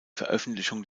veröffentlichung